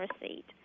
receipt